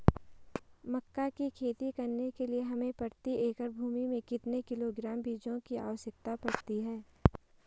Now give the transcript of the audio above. मक्का की खेती करने के लिए हमें प्रति एकड़ भूमि में कितने किलोग्राम बीजों की आवश्यकता पड़ती है?